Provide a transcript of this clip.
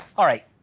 all right,